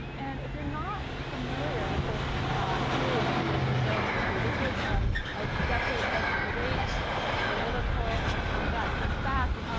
and if you're not familiar with this period in and brazil's history, this was a ah decade of great political unrest. in fact,